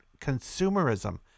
consumerism